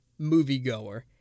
moviegoer